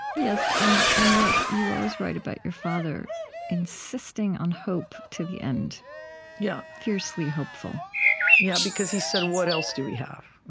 yes. and and yet, you always write about your father insisting on hope to the end yeah fiercely hopeful yeah because, he said, what else do we have?